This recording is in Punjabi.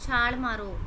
ਛਾਲ ਮਾਰੋ